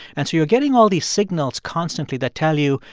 and so you're getting all these signals constantly that tell you,